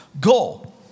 goal